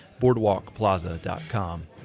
boardwalkplaza.com